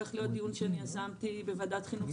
הולך להיות על זה דיון ספציפי שאני יזמתי בוועדת החינוך.